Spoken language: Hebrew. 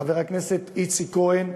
חבר הכנסת איציק כהן,